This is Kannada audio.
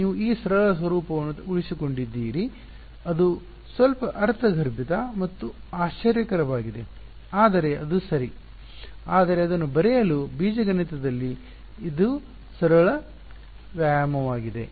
ನೀವು ಈ ಸರಳ ಸ್ವರೂಪವನ್ನು ಉಳಿಸಿಕೊಂಡಿದ್ದೀರಿ ಅದು ಸ್ವಲ್ಪ ಅರ್ಥಗರ್ಭಿತ ಮತ್ತು ಆಶ್ಚರ್ಯಕರವಾಗಿದೆ ಆದರೆ ಅದು ಸರಿ ಆದರೆ ಅದನ್ನು ಬರೆಯಲು ಬೀಜಗಣಿತದಲ್ಲಿ ಇದು ಸರಳ ವ್ಯಾಯಾಮವಾಗಿದೆ